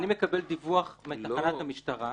אני מקבל דיווח מתחנת המשטרה,